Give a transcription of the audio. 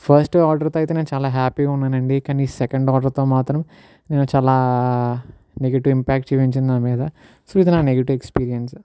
first ఆర్డర్తో అయితే నేను చాలా హ్యాపీగా ఉన్నానండి కానీ సెకండ్ ఆర్డర్తో మాత్రం నేను చాలా నెగిటివ్ ఇంపాక్ట్ చూపించింది నా మీద సో ఇది నా నెగిటివ్ ఎక్స్పీరియన్స్